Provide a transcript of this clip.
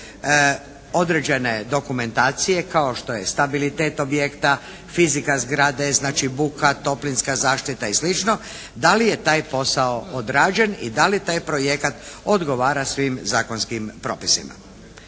određene dokumentacije kao što je stabilitet objekta, fizika zgrade, znači buka, toplinska zaštita i slično da li je taj posao odrađen i da li taj projekat odgovara svim zakonskim propisima.